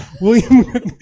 William